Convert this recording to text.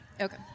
Okay